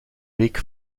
week